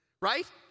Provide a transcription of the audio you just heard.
Right